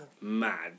mad